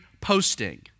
posting